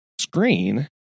screen